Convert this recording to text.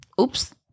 Oops